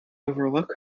overlook